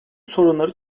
sorunları